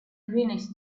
greenish